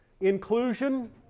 Inclusion